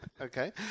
Okay